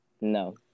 No